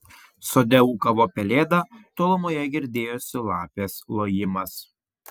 sode ūkavo pelėda tolumoje girdėjosi lapės lojimas